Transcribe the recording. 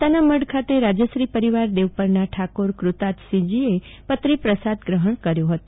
માતાનામઢ ખાતે રાજશ્રી પરિવાર દેવપરનાં ઠાકોરકૃતાથસિંહજી પતરી પ્રસાદ ગ્રફણ કર્યો ફતો